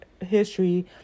history